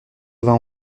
vingt